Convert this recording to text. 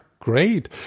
Great